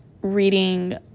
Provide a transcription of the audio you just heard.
reading